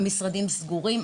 המשרדים סגורים,